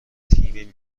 تیم